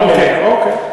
אוקיי.